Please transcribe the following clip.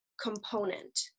component